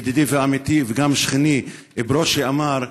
ידידי ועמיתי וגם שכני ברושי אמר,